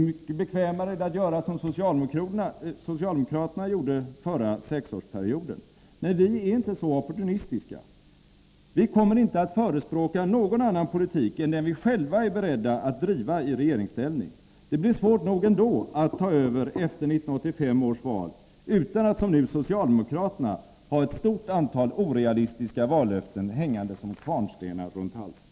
Det är bekvämare att göra som socialdemokrater na gjorde den förra sexårsperioden, men vi är inte så opportunistiska. Vi kommer inte att förespråka någon annan politik än den vi själva är beredda att driva i regeringsställning. Det blir svårt nog ändå att ta över efter 1985 års val utan att — som nu socialdemokraterna — ha ett stort antal orealistiska vallöften hängande som kvarnstenar runt halsen.